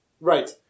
Right